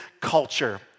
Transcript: culture